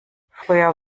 früher